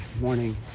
morning